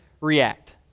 react